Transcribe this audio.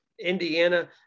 Indiana